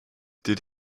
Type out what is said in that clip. did